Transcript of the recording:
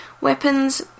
weapons